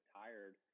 tired